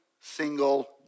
single